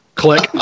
click